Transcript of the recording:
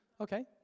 Okay